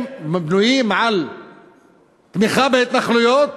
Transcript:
הם בנויים על תמיכה בהתנחלויות